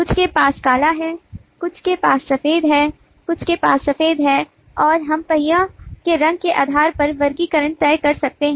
कुछ के पास काला है कुछ के पास सफेद है कुछ के पास सफेद है और हम पहिया के रंग के आधार पर वर्गीकरण तय कर सकते हैं